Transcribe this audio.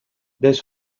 this